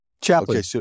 Chaplain